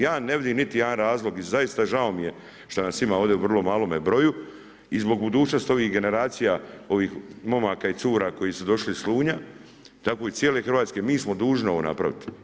Ja ne vidim niti jedan razlog i zaista žao mi je šta nas ima ovdje u vrlo malome broju i zbog budućnosti ovih generacija, ovih momaka i cura koji su došli iz Slunja, tako i cijele Hrvatske, mi smo dužni ovo napraviti.